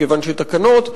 מכיוון שתקנות,